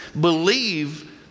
believe